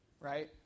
right